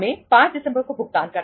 हमें 5 दिसंबर को भुगतान करना है